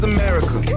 America